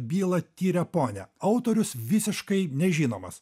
bylą tiria ponia autorius visiškai nežinomas